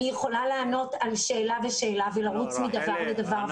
אני יכולה לענות על שאלה ושאלה ולרוץ מדבר לדבר.